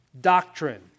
doctrine